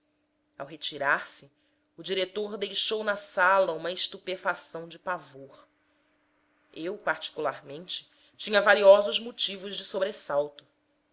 ao retirar-se o diretor deixou na sala uma estupefação de pavor eu particularmente tinha valiosos motivos de sobressalto